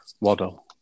Waddle